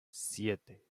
siete